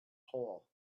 hole